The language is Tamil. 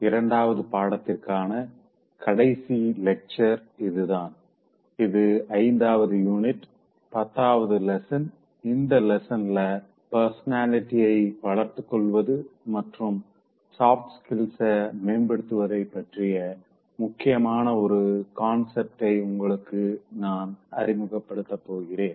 இரண்டாவது படத்திற்கான கடைசி லெக்சர் இதுதான் இது 5வது யூனிட் பத்தாவது லெசன் இந்த லெசன்ல பெர்சனாலிட்டிய வளர்த்துக்கொள்வது மற்றும் சாஃப்ட் ஸ்கில்ஸ மேம்படுத்துவது பற்றிய முக்கியமான ஒரு கான்செப்ட உங்களுக்கு நா அறிமுகப்படுத்த போறேன்